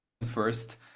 first